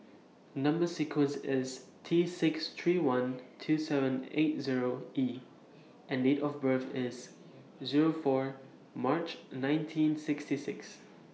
Number sequence IS T six three one two seven eight Zero E and Date of birth IS Zero four March nineteen sixty six